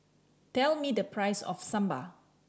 tell me the price of Sambar